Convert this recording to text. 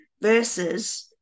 versus –